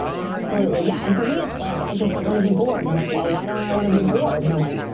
absolutely. yeah. and for me, it's like, i just don't want to be bored. and i'm like, well, why don't i want to be bored? and i'm like,